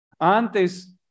Antes